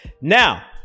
Now